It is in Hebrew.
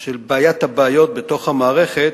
של בעיית הבעיות בתוך המערכת,